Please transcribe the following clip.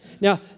Now